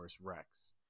rex